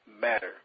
matter